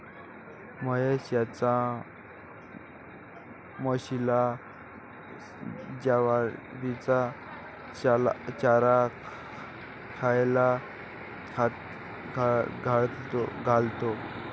महेश त्याच्या म्हशीला ज्वारीचा चारा खायला घालतो